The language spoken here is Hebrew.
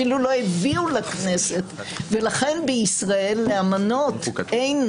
אפילו לא הביאו לכנסת ולכן בישראל אין